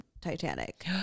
Titanic